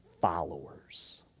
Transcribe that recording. followers